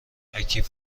اکتیو